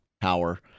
power